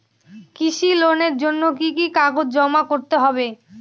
কৃষি লোনের জন্য কি কি কাগজ জমা করতে হবে?